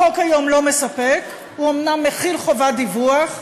החוק היום לא מספק, הוא אומנם מחיל חובת דיווח,